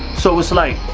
so it's like